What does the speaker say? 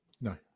No